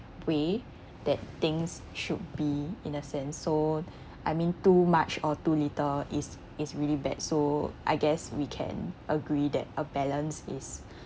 way that things should be in a sense so I mean too much or too little is is really bad so I guess we can agree that a balance is